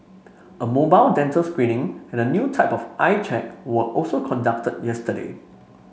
a mobile dental screening and a new type of eye check were also conduct yesterday